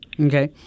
okay